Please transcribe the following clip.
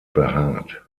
behaart